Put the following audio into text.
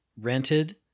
rented